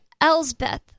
Elsbeth